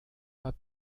pas